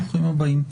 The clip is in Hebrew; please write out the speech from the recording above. ברוכים הבאים.